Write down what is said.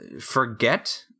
forget